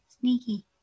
sneaky